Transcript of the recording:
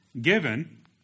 given